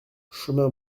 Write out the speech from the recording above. chemin